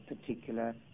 particular